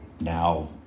now